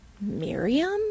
Miriam